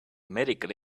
medical